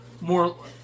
more